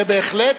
ובהחלט